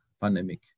pandemic